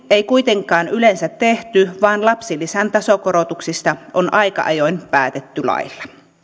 ei kuitenkaan yleensä tehty vaan lapsilisän tasokorotuksista on aika ajoin päätetty lailla